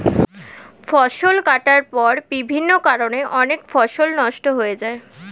ফসল কাটার পর বিভিন্ন কারণে অনেক ফসল নষ্ট হয়ে যায়